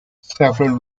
several